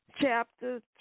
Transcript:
chapter